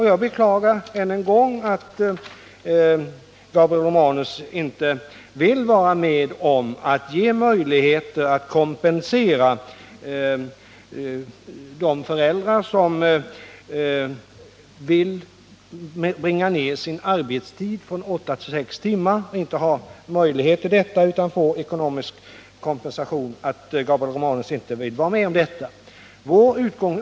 Jag beklagar än en gång att Gabriel Romanus inte vill vara med om att ge möjligheter till kompensation för de föräldrar som vill bringa ned sin arbetstid från åtta till sex timmar, men inte har möjlighet att göra detta utan ekonomisk kompensation.